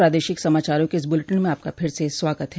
प्रादेशिक समाचारों के इस बुलेटिन में आपका फिर से स्वागत है